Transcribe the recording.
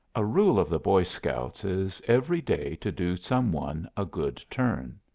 a rule of the boy scouts is every day to do some one a good turn.